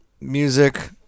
Music